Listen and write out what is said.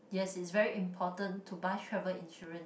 yes it's very important to buy travel insurance